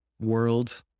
world